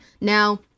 Now